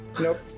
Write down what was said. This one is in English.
Nope